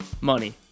money